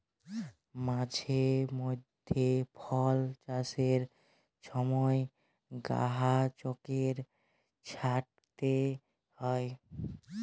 মাঝে মইধ্যে ফল চাষের ছময় গাহাচকে ছাঁইটতে হ্যয়